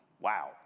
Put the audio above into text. wow